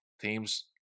teams